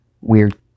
weird